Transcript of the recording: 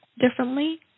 differently